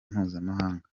mpuzamahanga